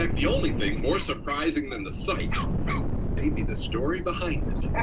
like the only thing more surprising than the sight may be the story behind it.